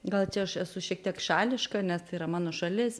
gal čia aš esu šiek tiek šališka nes yra mano šalis